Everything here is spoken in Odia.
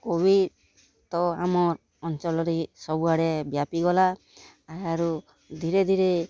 କୋଭିଡ଼୍ ତ ଆମର୍ ଅଞ୍ଚଳରେ ସବୁ ଆଡ଼େ ବ୍ୟାପିଗଲା ଆରୁ ଧୀରେ ଧୀରେ